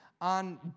on